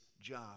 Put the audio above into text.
job